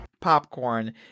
popcorn